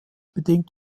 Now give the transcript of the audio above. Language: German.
bedingt